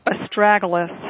astragalus